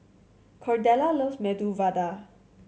Cordella loves Medu Vada